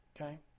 okay